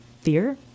Fear